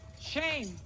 shame